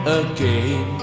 again